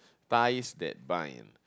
ties that bind